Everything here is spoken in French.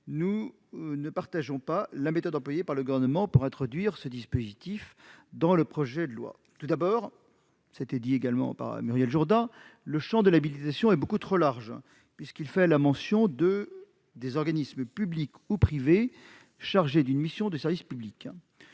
elle ne valide la méthode employée par le Gouvernement pour introduire ce dispositif dans le projet de loi. Tout d'abord- cela a été dit par Muriel Jourda -, le champ de l'habilitation est beaucoup trop large, puisqu'il fait référence aux « organismes publics ou privés chargés d'une mission de service public